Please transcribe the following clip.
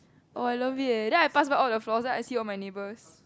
oh I love it eh then I pass by all the floors then I see all my neighbours